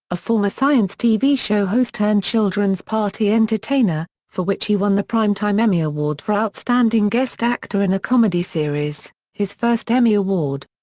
a former science tv show host turned children's party entertainer, for which he won the primetime emmy award for outstanding guest actor in a comedy series, his first emmy award.